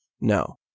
No